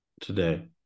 Today